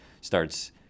starts